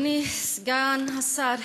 אדוני סגן השר,